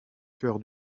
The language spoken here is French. cœur